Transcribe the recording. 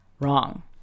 wrong